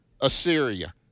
Assyria